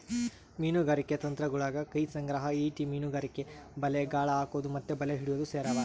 ಮೀನುಗಾರಿಕೆ ತಂತ್ರಗುಳಗ ಕೈ ಸಂಗ್ರಹ, ಈಟಿ ಮೀನುಗಾರಿಕೆ, ಬಲೆ, ಗಾಳ ಹಾಕೊದು ಮತ್ತೆ ಬಲೆ ಹಿಡಿಯೊದು ಸೇರಿವ